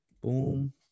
Boom